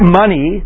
money